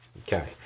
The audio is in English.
Okay